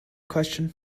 question